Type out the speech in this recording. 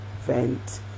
vent